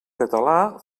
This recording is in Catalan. català